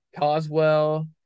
coswell